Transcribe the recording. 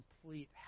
complete